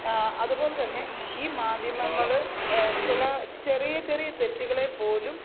അതുപോലെ തന്നെ ഈ മാധ്യമങ്ങൾ ചില ചെറിയ ചെറിയ തെറ്റുകളെ പോലും